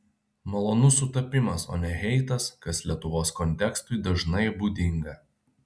malonus sutapimas o ne heitas kas lietuvos kontekstui dažnai būdinga